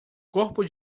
corpo